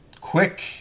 Quick